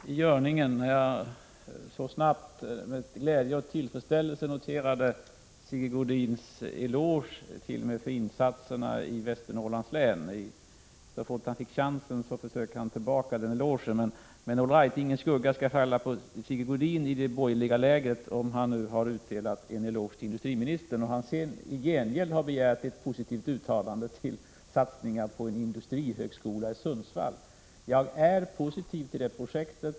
Herr talman! Jag förstod väl att det var någonting i görningen, när jag så snabbt med glädje och tillfredsställelse noterade Sigge Godins eloge till mig för insatserna i Västernorrlands län. Så fort han fick chansen försökte han ta tillbaka den elogen. All right, ingen skugga skall falla på Sigge Godin i det borgerliga lägret, om han har uttalat en eloge till industriministern, när han sedan i gengäld begär ett positivt uttalande om satsningar på en industrihögskola i Sundsvall. Jag är positiv till det projektet.